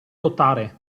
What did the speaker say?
lottare